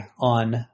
on